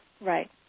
Right